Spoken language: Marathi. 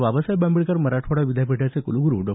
बाबासाहेब आंबेडकर मराठवाडा विद्यापीठाचे कुलग्रु डॉ